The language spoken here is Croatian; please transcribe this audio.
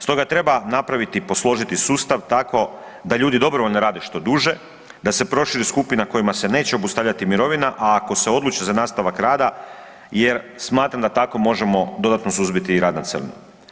Stoga treba napraviti i posložiti sustav tako da ljudi dobrovoljno rade što duže, da se proširi skupina kojima se neće obustavljati mirovina ako se odluče za nastavak rada jer smatram da tako možemo dodatno suzbiti i rad na crno.